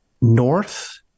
north